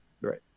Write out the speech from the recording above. Right